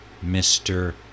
Mr